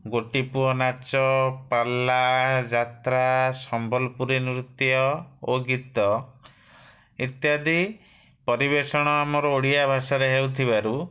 ଗୋଟିପୁଅ ନାଚ ପାଲା ଯାତ୍ରା ସମ୍ବଲପୁରୀ ନୃତ୍ୟ ଓ ଗୀତ ଇତ୍ୟାଦି ପରିବେଷଣ ଆମର ଓଡ଼ିଆ ଭାଷାରେ ହେଉଥିବାରୁ